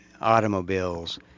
automobiles